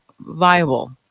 viable